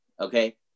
okay